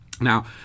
Now